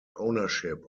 ownership